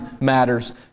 matters